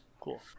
Cool